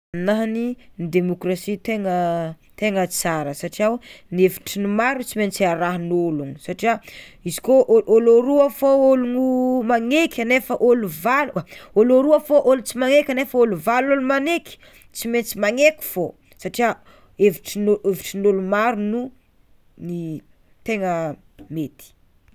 Aminaha ny demôkrasia tegna tegna tsara satria o hevitrin'ny maro tsy maintsy arahan'ologno satria izy koa ol- olo roa fô ologno magneky nefa olo valo oa olo roa fô olo tsy magneky nefa olo valo olo magneky tsy maintsy magneky fô satria hevitrin'ol- hevitrin'ny olo maro no tegna mety.